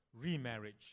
remarriage